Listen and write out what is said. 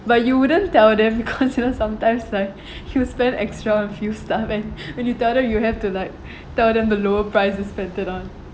but you wouldn't tell them because you know sometimes like you'll spend extra on few stuff and then you tell them you have to like tell them the lower prices you spent it on